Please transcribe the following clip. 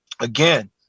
again